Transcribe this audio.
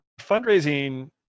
fundraising